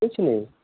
कुछ नहीं